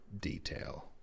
detail